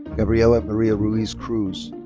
gabriela marie ah ruiz cruz.